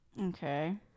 okay